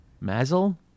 Mazel